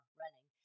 running